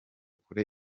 kure